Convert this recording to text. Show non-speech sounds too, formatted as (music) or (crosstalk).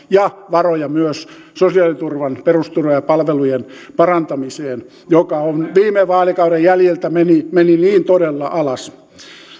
(unintelligible) ja varoja myös sosiaaliturvan perusturvan ja palvelujen parantamiseen joka viime vaalikauden jäljiltä meni meni todella alas